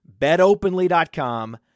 BetOpenly.com